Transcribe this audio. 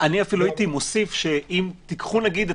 אפילו הייתי מוסיף שאם תיקחו למשל את